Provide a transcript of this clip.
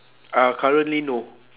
uh currently no